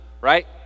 right